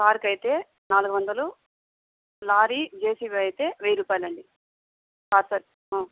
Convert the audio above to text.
కారుకైతే నాలుగు వందలు lorry JCB అయితే వెయ్యి రూపాయలండి సర్